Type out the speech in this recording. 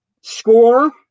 score